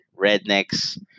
rednecks